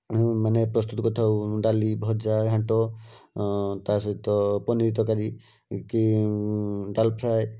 ଆଉ ମାନେ ପ୍ରସ୍ତୁତ କରିଥାଉ ଡାଲି ଭଜା ଘାଣ୍ଟ ତା' ସହିତ ପନିର୍ ତରକାରୀ କି ଡାଲ୍ ଫ୍ରାଏ